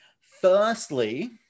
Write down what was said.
Firstly